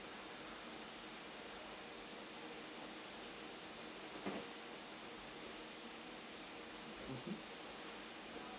mmhmm